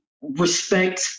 respect